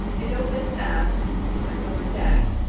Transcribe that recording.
it opened, aft, upon a covered deck,